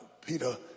Peter